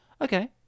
Okay